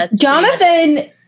Jonathan